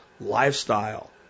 lifestyle